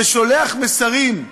ששולח מסרים,